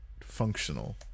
functional